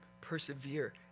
Persevere